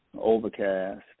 overcast